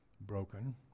broken